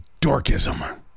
dorkism